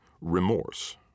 remorse